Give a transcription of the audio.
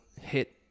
hit